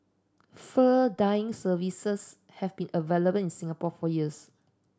fur dyeing services have been available in Singapore for years